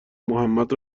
محمد